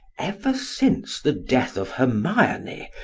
ever since the death of hermione,